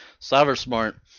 CyberSmart